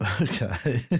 Okay